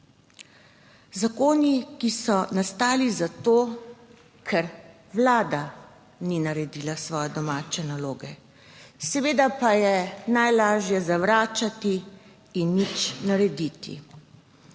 Zakoni, ki so nastali zato, ker Vlada ni naredila svoje domače naloge. Seveda pa je najlažje zavračati in nič narediti.